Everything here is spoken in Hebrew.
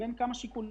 בין כמה שיקולים.